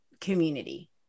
community